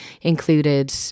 included